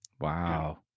Wow